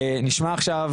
נשמע עכשיו,